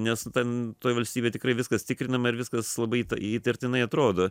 nes ten toj valstybėj tikrai viskas tikrinama ir viskas labai įtartinai atrodo